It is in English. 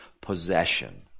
possession